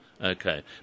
Okay